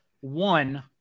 one